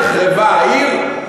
נחרבה העיר?